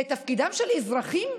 זה תפקידם של אזרחים?